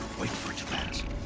wait for it to pass.